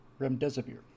remdesivir